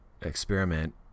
experiment